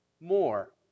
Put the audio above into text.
more